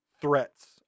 threats